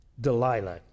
Delilah